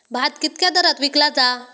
भात कित्क्या दरात विकला जा?